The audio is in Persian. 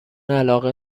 علاقه